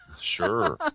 Sure